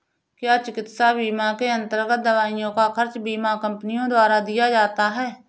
क्या चिकित्सा बीमा के अन्तर्गत दवाइयों का खर्च बीमा कंपनियों द्वारा दिया जाता है?